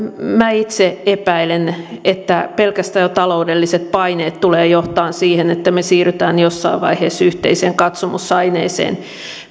itse epäilen että pelkästään jo taloudelliset paineet tulevat johtamaan siihen että me siirrymme jossain vaiheessa yhteiseen katsomusaineeseen